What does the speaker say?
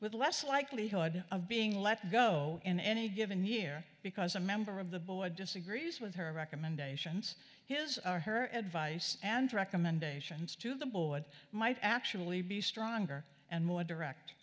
with less likelihood of being let go in any given year because a member of the board disagrees with her recommendations his or her advice and recommendations to the board might actually be stronger and more direct